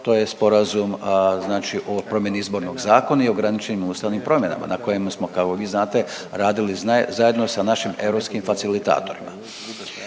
to je sporazum o promjeni izbornog zakona i ograničenim ustavnim promjenama na kojima smo kao vi znate radili zajedno sa našim europskim facilitatorima.